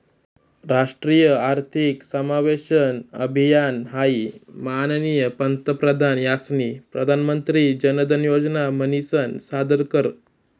राष्ट्रीय आर्थिक समावेशन अभियान हाई माननीय पंतप्रधान यास्नी प्रधानमंत्री जनधन योजना म्हनीसन सादर कर